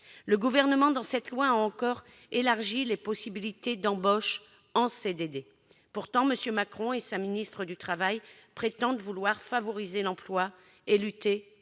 Le Gouvernement étend dans le projet de loi les possibilités d'embauche en CDD. Pourtant, M. Macron et sa ministre du travail prétendent vouloir favoriser l'emploi et lutter